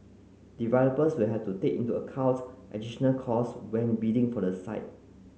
developers will have to take into account additional costs when bidding for the site